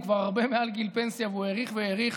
הוא כבר הרבה מעל גיל פנסיה והוא האריך והאריך.